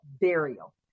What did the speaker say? burial